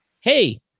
Hey